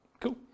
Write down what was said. Cool